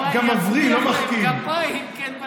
שאולי יצמיח לו גפיים, גם מבריא, לא רק מחכים.